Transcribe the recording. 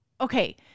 okay